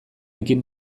ekin